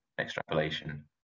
extrapolation